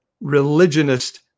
religionist